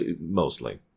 Mostly